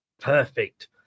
Perfect